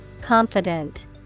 Confident